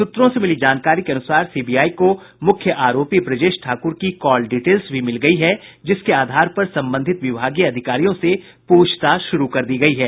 सूत्रों से मिली जानकारी के अनुसार सीबीआई को मुख्य आरोपी ब्रजेश ठाकुर की कॉल डिटेल्स भी मिल गयी है जिसके आधार पर संबंधित विभागीय अधिकारियों से पूछताछ शुरू कर दी गयी है